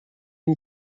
این